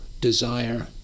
desire